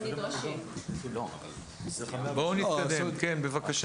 כן, בבקשה.